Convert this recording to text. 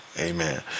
Amen